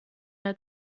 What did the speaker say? der